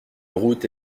route